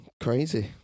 crazy